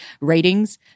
ratings